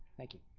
thank you.